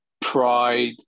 pride